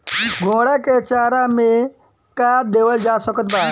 घोड़ा के चारा मे का देवल जा सकत बा?